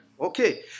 Okay